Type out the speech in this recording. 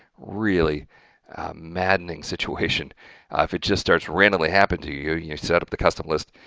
really maddening situation if it just starts randomly happening to you. you set up the custom list